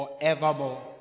forevermore